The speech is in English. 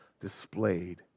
displayed